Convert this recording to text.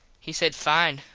he said, fine,